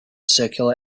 circular